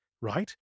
right